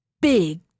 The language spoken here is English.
big